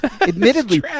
admittedly